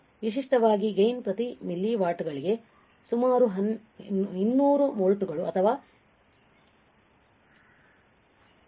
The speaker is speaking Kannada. ವಿಶಿಷ್ಟವಾಗಿ ಗೈನ್ ಪ್ರತಿ ಮಿಲಿ ವ್ಯಾಟ್ಗಳಿಗೆ ಸುಮಾರು 200 ವೋಲ್ಟ್ಗಳು ಅಥವಾ 200000